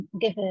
give